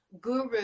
guru